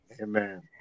Amen